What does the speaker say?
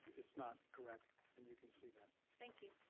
it's not correct and you can see that. thank you.